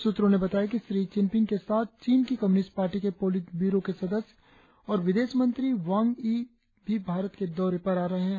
सूत्रों ने बताया है कि श्री चिनफिंग के साथ चीन की कम्युनिस्ट पार्टी के पोलित न्यूरो सदस्य और विदेशमंत्री वांग यी भी भारत के दौरे पर आ रहे हैं